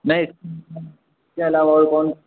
नहीं इसके आलावा कौन